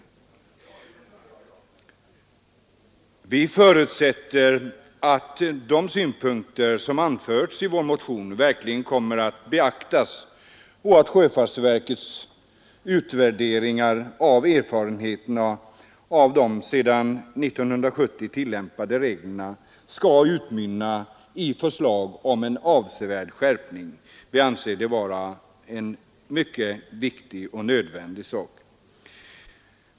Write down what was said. Där förutsätts det att de synpunkter som har anförts i vår motion verkligen kommer att beaktas och att sjöfartsverkets utvärderingar av erfarenheterna av de sedan 1970 tillämpade reglerna skall utmynna i förslag om en avsevärd skärpning. Vi anser det vara en mycket viktig och nödvändig sak.